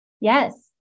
Yes